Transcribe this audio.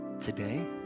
today